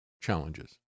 challenges